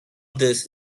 this